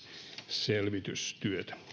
selvitystyötä